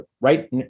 right